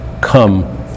come